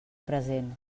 present